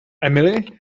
emily